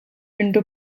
into